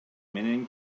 менен